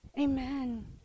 Amen